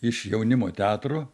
iš jaunimo teatro